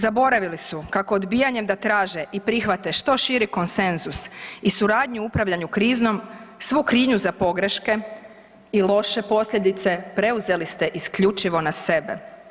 Zaboravili su kako odbijanjem da traže i prihvate što širi konsenzus i suradnju upravljanju krizom svu krivnju za pogreške i loše posljedice preuzeli ste isključivo na sebe.